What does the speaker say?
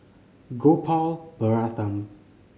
Gopal Baratham